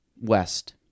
West